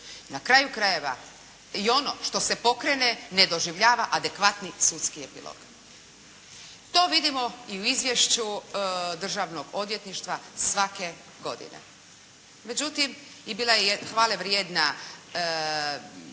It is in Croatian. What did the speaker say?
Na kraju krajeva i ono što se pokrene ne doživljava adekvatni sudski epilog. To vidimo i u Izvješću Državnog odvjetništva svake godine. Međutim, i bila je hvale vrijedna radna